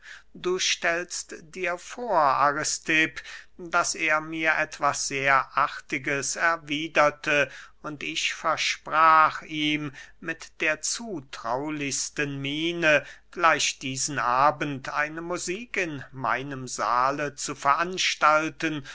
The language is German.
du stellst dir vor aristipp daß er mir etwas sehr artiges erwiederte und ich versprach ihm mit der zutraulichsten miene gleich diesen abend eine musik in meinem sahle zu veranstalten